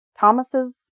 Thomas's